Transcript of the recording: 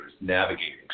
navigating